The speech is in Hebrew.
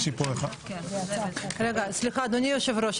אדוני היושב-ראש,